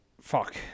Fuck